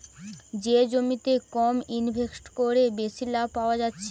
যে জমিতে কম ইনভেস্ট কোরে বেশি লাভ পায়া যাচ্ছে